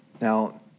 Now